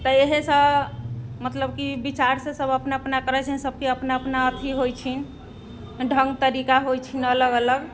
तऽ इहे सँ मतलब कि विचारसँ सब अपना अपना करै छथिन सबके अपना अपना अथी होइ छै ढङ्ग तरीका होइ छीन अलग अलग